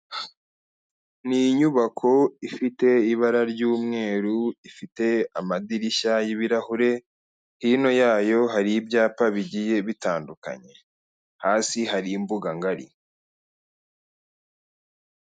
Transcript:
Ni inyubako ifite ibara ry'umweru ifite amadirishya y'ibirahure, hino yayo hari ibyapa bigiye bitandukanye, hasi hari imbuga ngari.